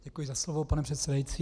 Děkuji za slovo, pane předsedající.